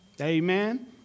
Amen